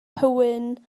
hywyn